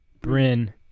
Bryn